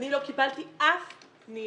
אני לא קיבלתי אף פנייה.